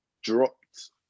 dropped